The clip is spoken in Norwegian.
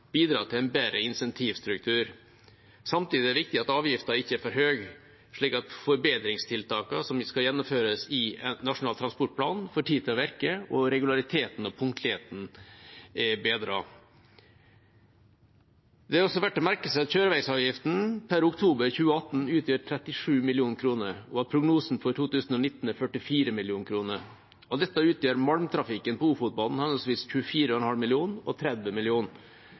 bidra til en bedre incentivstruktur. Samtidig er det viktig at avgiften ikke er for høg, slik at forbedringstiltakene som skal gjennomføres i Nasjonal transportplan, får tid til å virke og regulariteten og punktligheten er bedret. Det er også verdt å merke seg at kjøreveisavgiften per oktober 2018 utgjør 37 mill. kr, og at prognosen for 2019 er 44 mill. kr. Av dette utgjør malmtrafikken på Ofotbanen henholdsvis 24,5 mill. kr og 30